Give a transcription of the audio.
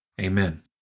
Amen